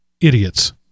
idiots